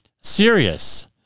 Serious